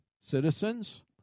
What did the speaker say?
citizens